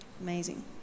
Amazing